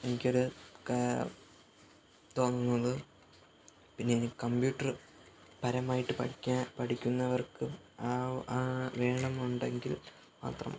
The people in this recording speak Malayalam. എനിക്ക് ഒരു തോന്നുന്നത് പിന്നെ ഇനി കമ്പ്യൂട്ടര് പരമായിട്ട് പഠിക്കാന് പഠിക്കുന്നവര്ക്ക് വേണമെന്നുണ്ടെങ്കില് മാത്രം